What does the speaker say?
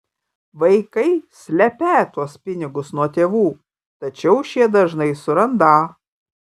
vaikai slepią tuos pinigus nuo tėvų tačiau šie dažnai surandą